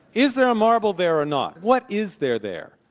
is there a marble there or not? what is there there?